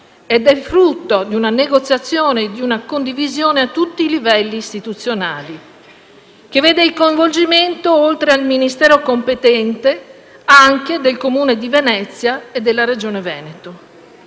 ed è frutto di una negoziazione e di una condivisione a tutti i livelli istituzionali che vede il coinvolgimento, oltre al Ministero competente, anche del Comune di Venezia e della Regione Veneto.